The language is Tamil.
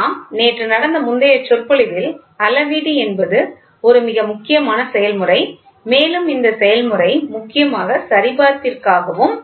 நாம் நேற்று நடந்த முந்தைய சொற்பொழிவில் அளவீட்டு என்பது ஒரு மிக முக்கியமான செயல்முறை மேலும் இந்த செயல்முறை முக்கியமாக சரிபார்ப்பிற்காகவும்